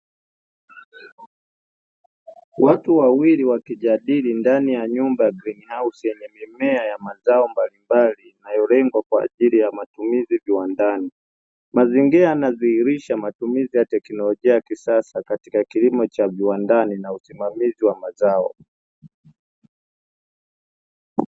Watu wawili wakijadili ndani ya nyumba ya "green house" yenye mimea ya mazao mbalimbali yanayolengwa kwa ajili ya matumizi viwandani. Mazingira yanadhihirisha matumizi ya teknolojia ya kisasa katika kilimo cha viwandani na usimamizi wa mazao.